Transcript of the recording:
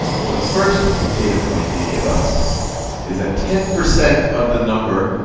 so the first data point they give us is that ten percent of the number